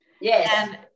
Yes